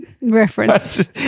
reference